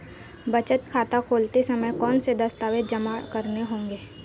बचत खाता खोलते समय कौनसे दस्तावेज़ जमा करने होंगे?